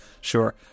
sure